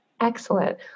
Excellent